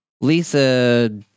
Lisa